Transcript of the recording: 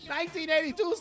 1982